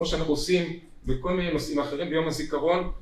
כמו שאנחנו עושים בכל מיני מסעים אחרים ביום הזיכרון